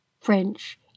French